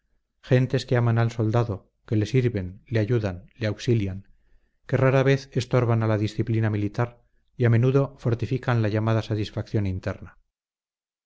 gentes que aman al soldado que le sirven le ayudan le auxilian que rara vez estorban a la disciplina militar y a menudo fortifican la llamada satisfacción interna